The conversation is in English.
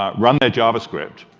um run their javascript,